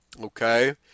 Okay